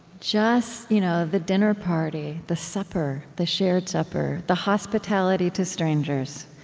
just you know the dinner party, the supper, the shared supper, the hospitality to strangers,